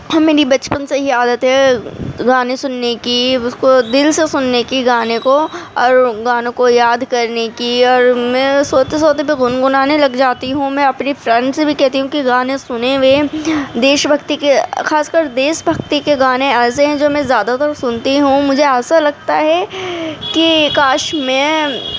ہاں میری بچپن سے ہی عادت ہے گانے سننے کی اس کو دل سے سننے کی گانے کو اور گانوں کو یاد کرنے کی اور میں سوتے سوتے بھی گنگنانے لگ جاتی ہوں میں اپنی فرینڈ سے بھی کہتی ہوں کہ گانے سنے ہوئے دیش بھکتی کے خاص کر دیش بھکتی کے گانے ایسے ہیں جو میں زیادہ تر سنتی ہوں مجھے ایسا لگتا ہے کہ کاش میں